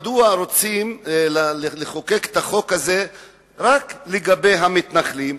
מדוע רוצים לחוקק את החוק הזה רק לגבי המתנחלים,